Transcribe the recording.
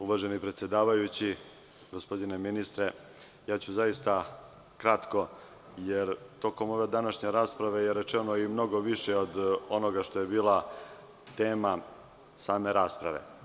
Uvaženi predsedavajući, gospodine ministre, zaista ću kratko jer tokom ove današnje rasprave je rečeno i mnogo više od onog što je bila tema same rasprave.